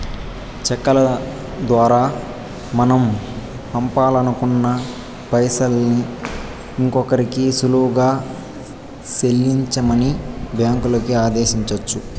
చెక్కుల దోరా మనం పంపాలనుకున్న పైసల్ని ఇంకోరికి సులువుగా సెల్లించమని బ్యాంకులని ఆదేశించొచ్చు